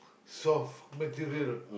soft material